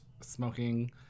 smoking